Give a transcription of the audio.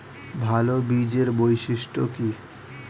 ভাল বীজের বৈশিষ্ট্য কী?